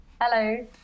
Hello